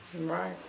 Right